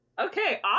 okay